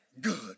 good